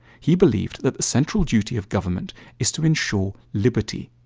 he believed that the central duty of government is to ensure liberty,